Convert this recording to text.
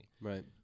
Right